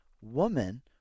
woman